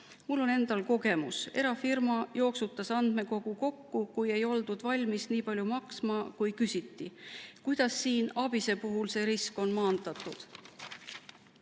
Mul on endal kogemus: erafirma jooksutas andmekogu kokku, kui ei oldud valmis nii palju maksma, kui küsiti. Kuidas ABIS‑e puhul see risk on maandatud?